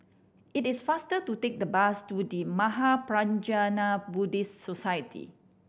it is faster to take the bus to The Mahaprajna Buddhist Society